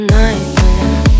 nightmare